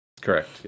correct